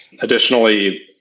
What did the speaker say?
Additionally